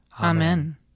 Amen